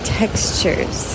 textures